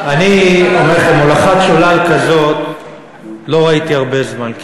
אני אומר לכם, הולכת שולל כזאת לא ראיתי הרבה זמן.